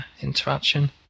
interaction